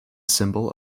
symbol